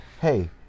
hey